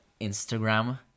Instagram